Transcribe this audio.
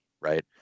right